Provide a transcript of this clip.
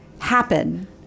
happen